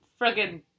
friggin